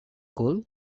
cool